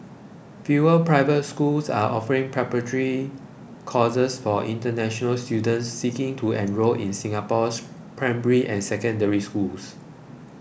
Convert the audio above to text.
fewer private schools are offering preparatory courses for international students seeking to enrol in Singapore's primary and Secondary Schools